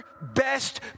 best